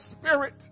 spirit